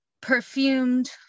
perfumed